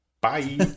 Bye